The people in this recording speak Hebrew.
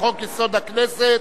לחוק-יסוד: הממשלה,